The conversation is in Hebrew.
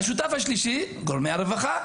השותף השלישי, גורמי הרווחה.